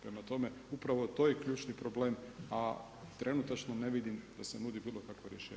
Prema tome, upravo to je ključni problem a trenutačno ne vidim da se nudi bilokakvo rješenje.